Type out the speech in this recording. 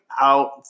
out